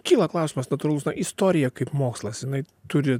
kyla klausimas natūralus na istorija kaip mokslas jinai turi